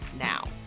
now